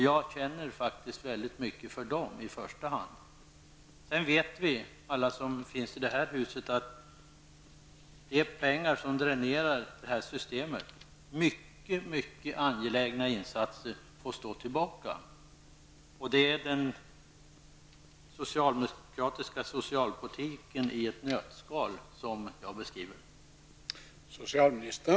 Jag känner faktiskt väldigt mycket för dessa människor i första hand. Alla vi som finns i detta hus vet att det är pengar som dränerar det här systemet. Mycket angelägna insatser får stå tillbaka. Det är den socialdemokratiska socialpolitiken i ett nötskal som jag beskriver.